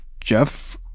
Jeff